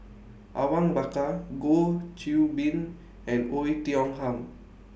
Awang Bakar Goh Qiu Bin and Oei Tiong Ham